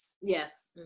Yes